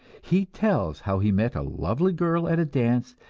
he tells how he met a lovely girl at a dance,